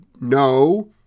no